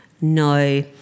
No